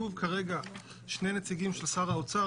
אז כשכתוב שני נציגים של שר האוצר,